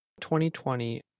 2020